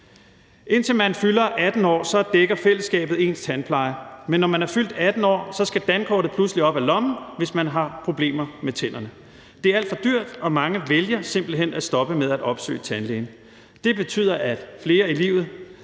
Indtil man fylder 18 år, dækker fællesskabet ens tandpleje, men når man er fyldt 18 år, skal dankortet pludselig op af lommen, hvis man har problemer med tænderne. Det er alt for dyrt, og mange vælger simpelt hen at stoppe med at opsøge tandlægen. Det betyder, at flere senere